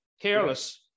careless